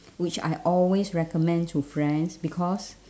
which I always recommend to friends because